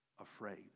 afraid